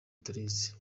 turizi